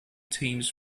teams